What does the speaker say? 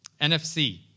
NFC